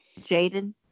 Jaden